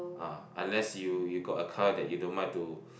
ah unless you you got a car that you don't mind to